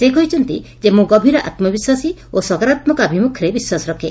ସେ କହିଛନ୍ତି ଯେ ମୁଁ ଗଭୀର ଆତ୍ମବିଶ୍ୱାସୀ ଓ ସକାରାତ୍ମକ ଆଭିମୁଖ୍ୟରେ ବିଶ୍ୱାସ ରଖେ